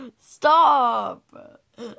Stop